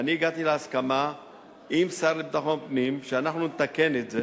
אני הגעתי להסכמה עם השר לביטחון פנים שאנחנו נתקן את זה